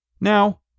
Now